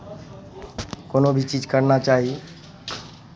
कोनो भी चीज करना चाही